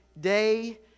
day